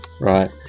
Right